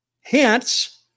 Hence